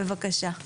בבקשה.